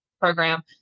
program